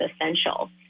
essential